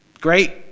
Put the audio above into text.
great